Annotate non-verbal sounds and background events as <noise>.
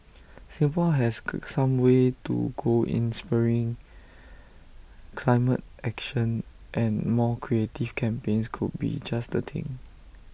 Singapore has <hesitation> some way to go in spurring climate action and more creative campaigns could be just the thing